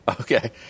Okay